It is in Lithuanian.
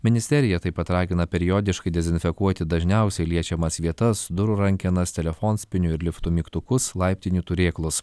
ministerija taip pat ragina periodiškai dezinfekuoti dažniausiai liečiamas vietas durų rankenas telefonspynių ir liftų mygtukus laiptinių turėklus